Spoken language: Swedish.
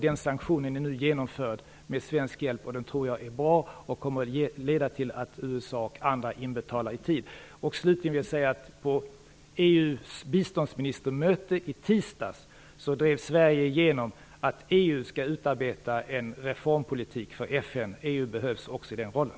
Den sanktionen är nu genomförd med svensk hjälp. Jag tror att den är bra och kan leda till att USA och andra betalar in i tid. Slutligen vill jag säga att Sverige på EU:s biståndsministermöte i tisdags drev igenom att EU skall utarbeta en reformpolitik för FN. EU behövs också i den rollen.